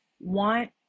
want